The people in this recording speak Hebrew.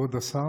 כבוד השר